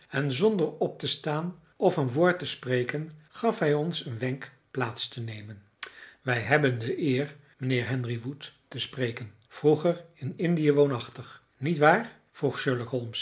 en zonder op te staan of een woord te spreken gaf hij ons een wenk plaats te nemen wij hebben de eer mijnheer henry wood te spreken vroeger in indië woonachtig niet waar